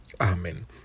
amen